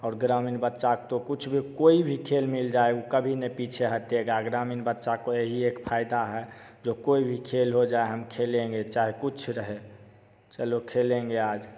और ग्रामीण बच्चा तो कुछ भी कोई भी खेल मिल जाएगा कभी नहीं पीछे हटेगा ग्रामीण बच्चा को यही एक फायदा है जो कोई भी खेल हो जाए हम खेलेंगे चाहे कुछ रहे चलो खेलेंगे आज